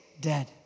dead